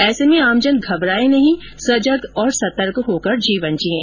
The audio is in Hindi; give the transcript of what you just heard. ऐसे में आमजन घबराए नहीं सजग और सतर्क होकर जीवन जीयें